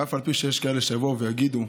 אף על פי שיש כאלה שיבואו ויגידו: